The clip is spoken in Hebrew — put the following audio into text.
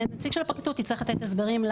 נציג של הפרקליטות יצטרך לתת הסברים.